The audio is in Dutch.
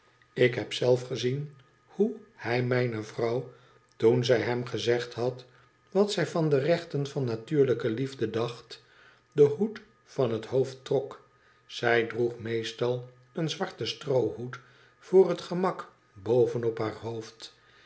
ik heb zelf gezien hoe hij mijne vrouw toen zij hem gezegd had wat zij van de rechten van natuurlijke liefde dacht den hoed van het hoofd trok zij droeg meestal een zwarten stroohoed voor het gemak boven op haar hoofd